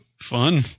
Fun